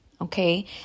okay